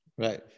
Right